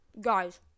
guys